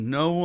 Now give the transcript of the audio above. no